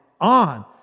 on